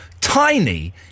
tiny